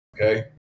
okay